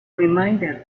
reminder